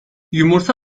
yumurta